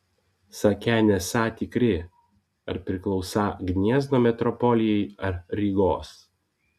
sakę nesą tikri ar priklausą gniezno metropolijai ar rygos